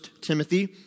Timothy